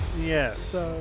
Yes